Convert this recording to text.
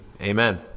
Amen